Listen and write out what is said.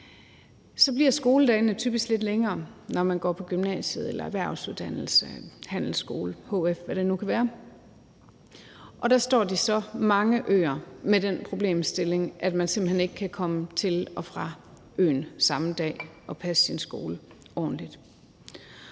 bliver skoledagene typisk lidt længere, når man går på gymnasiet, erhvervsuddannelse, handelsskole, hf, eller hvad det nu kan være, og der står de så – det gælder mange af øerne – med den problemstilling, at man simpelt hen ikke kan komme til og fra øen samme dag og passe sin skole ordentligt.